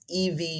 EV